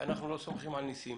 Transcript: שאנחנו לא סומכים על ניסים